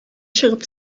чыгып